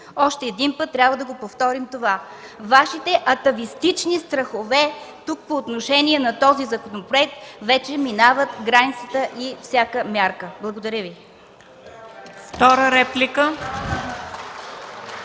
Още един път трябва да го повторим това! Вашите атавистични страхове тук по отношение на този законопроект вече минават границата и всяка мярка. Благодаря Ви.